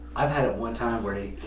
i've had at one time, where it.